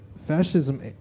fascism